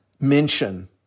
mention